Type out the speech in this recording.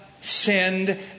sinned